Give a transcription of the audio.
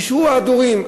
יושרו ההדורים.